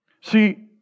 See